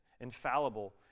infallible